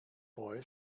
boy